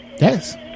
Yes